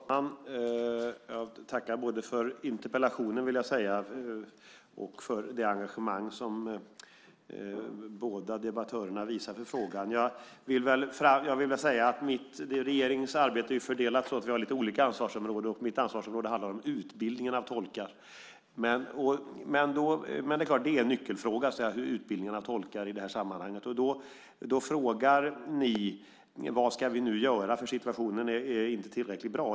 Fru talman! Jag tackar för interpellationen och för det engagemang som båda debattörerna visar för frågan. Regeringens arbete är så fördelat att vi har lite olika ansvarsområden. Mitt ansvarsområde handlar om utbildningen av tolkar. Men det är klart att utbildningen av tolkar är en nyckelfråga i detta sammanhang. Då frågar ni vad vi nu ska göra eftersom situationen inte är tillräckligt bra.